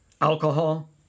Alcohol